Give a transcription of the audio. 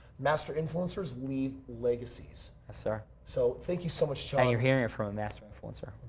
master influencers leave legacies. yes, sir. so, thank you so much, sean. you're hearing from a master influencer.